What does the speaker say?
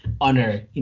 Honor